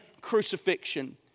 crucifixion